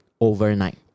Overnight